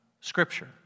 Scripture